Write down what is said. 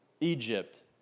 Egypt